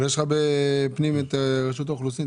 אבל יש לך בפנים את רשות האוכלוסין,